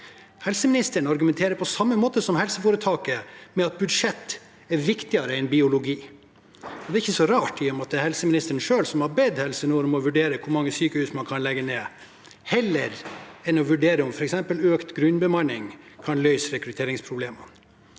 Helseministeren argumenterer på samme måte som helseforetaket med at budsjett er viktigere enn biologi. Det er ikke så rart, i og med at det er helseministeren selv som har bedt Helse Nord om å vurdere hvor mange sykehus man kan legge ned, heller enn å vurdere om f.eks. økt grunnbemanning kan løse rekrutteringsproblemet.